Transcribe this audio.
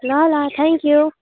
ल ल थ्याङ्क्यु